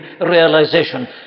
realization